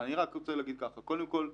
קודם כל,